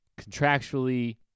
contractually